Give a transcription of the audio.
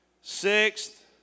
Sixth